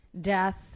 death